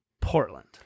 Portland